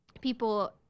people